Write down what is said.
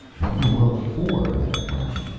what in the world for? meta frowned.